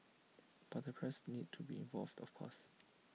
but the parents need to be involved of course